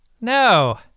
No